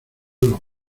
los